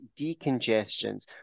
decongestions